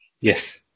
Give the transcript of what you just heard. Yes